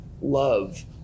love